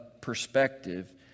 perspective